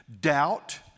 Doubt